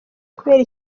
kubera